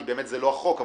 זה לא החוק,